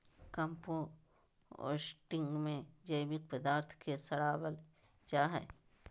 composting में जैविक पदार्थ के सड़ाबल जा हइ